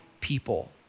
people